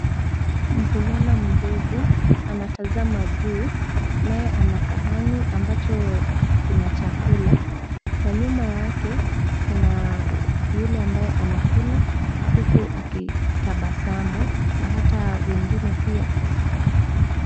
Mvulana mdogo anatazama juu, naye ana sahani ambacho kina chakula. Na nyuma yake kuna yule ambaye anakula huku akitabasamu na hata wengine pia.